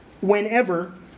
whenever